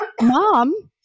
Mom